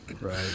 Right